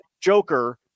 Joker